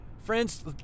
Friends